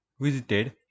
visited